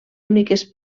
úniques